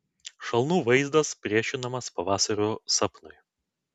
šalnų vaizdas priešinamas pavasario sapnui